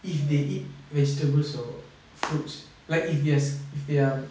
if they eat vegetables or fruits like if it's if they are